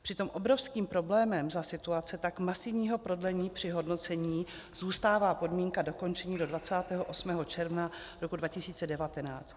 Přitom obrovským problémem za situace tak masivního prodlení při hodnocení zůstává podmínka dokončení do 28. června roku 2019.